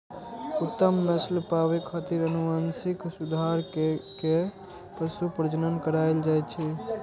उत्तम नस्ल पाबै खातिर आनुवंशिक सुधार कैर के पशु प्रजनन करायल जाए छै